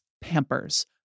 Pampers